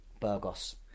Burgos